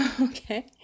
okay